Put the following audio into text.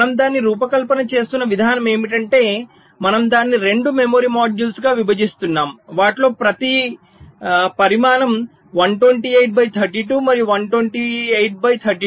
మనము దానిని రూపకల్పన చేస్తున్న విధానం ఏమిటంటే మనము దానిని 2 మెమరీ మాడ్యూల్స్గా విభజిస్తున్నాము వాటిలో ప్రతి పరిమాణం 128 బై 32 మరియు 128 బై 32